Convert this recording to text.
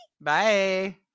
bye